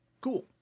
cool